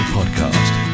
Podcast